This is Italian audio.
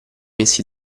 messi